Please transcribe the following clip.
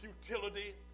futility